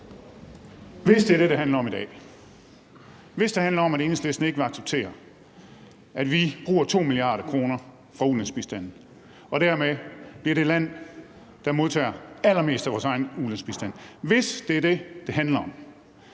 Hvis det er det, det handler om i dag, altså hvis det handler om, at Enhedslisten ikke vil acceptere, at vi bruger 2 mia. kr. fra ulandsbistanden og dermed bliver det land, der modtager allermest af vores egen ulandsbistand, vil Enhedslisten så